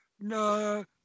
No